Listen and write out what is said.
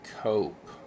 cope